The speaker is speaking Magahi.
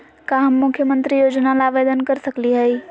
का हम मुख्यमंत्री योजना ला आवेदन कर सकली हई?